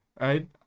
right